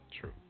True